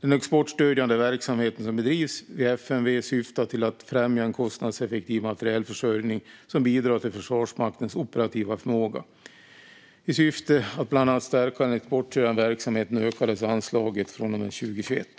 Den exportstödjande verksamheten som bedrivs vid FMV syftar till att främja en kostnadseffektiv materielförsörjning som bidrar till Försvarsmaktens operativa förmåga. I syfte att bland annat stärka den exportstödjande verksamheten ökades anslaget från och med 2021.